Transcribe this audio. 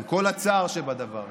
עם כל הצער שבדבר,